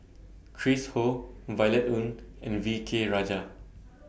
Chris Ho Violet Oon and V K Rajah